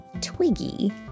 twiggy